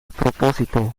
propósito